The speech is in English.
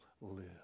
live